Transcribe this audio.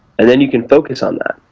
and then you can focus on that.